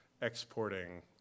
exporting